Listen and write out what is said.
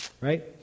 Right